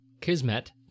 kismet